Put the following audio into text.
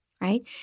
right